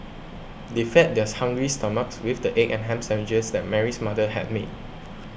they fed theirs hungry stomachs with the egg and ham sandwiches that Mary's mother had made